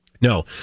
No